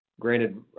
Granted